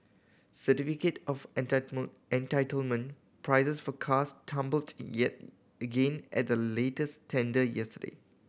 certificate of entitlement prices for cars tumbled yet again at the latest tender yesterday